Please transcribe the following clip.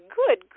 good